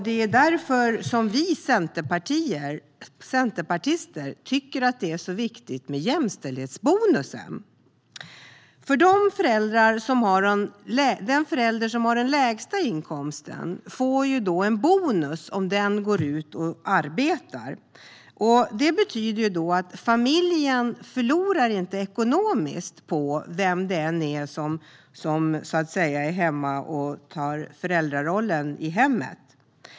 Det är därför vi centerpartister tycker att det är viktigt med jämställdhetsbonusen. Den förälder som har den lägsta inkomsten får en bonus om han eller hon går ut och arbetar. Det betyder att familjen inte förlorar ekonomiskt vem det än är som är hemma och tar föräldrarollen i hemmet.